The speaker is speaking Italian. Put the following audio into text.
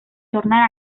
tornare